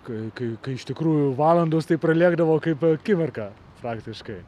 kai kai kai iš tikrųjų valandos tai pralėkdavo kaip akimirka praktiškai